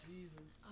Jesus